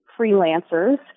freelancers